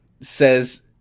says